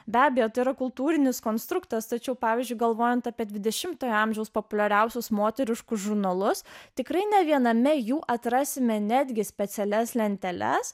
be abejo tai yra kultūrinis konstruktas tačiau pavyzdžiui galvojant apie dvidešimtojo amžiaus populiariausius moteriškus žurnalus tikrai ne viename jų atrasime netgi specialias lenteles